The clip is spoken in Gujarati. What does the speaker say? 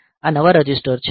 આ નવા રજિસ્ટર છે